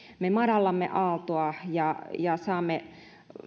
me madallamme aaltoa ja ja saamme